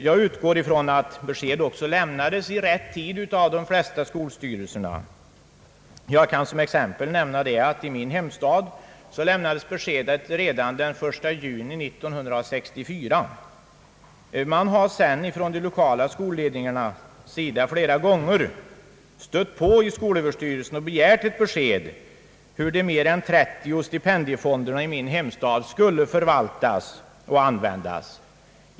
Jag utgår från att besked också lämnades i rätt tid av de flesta skolstyrelser. Jag kan som exempel nämna att i min hemstad besked lämnades redan den 1 juni 1964. Man har sedan från de lokala skolledningarnas sida flera gånger hos skolöverstyrelsen begärt ett besked hur de mer än trettio stipendiefonderna i min hemstad skall förvaltas och användas.